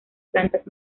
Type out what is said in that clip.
plantas